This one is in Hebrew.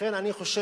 לכן אני חושב